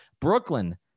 Brooklyn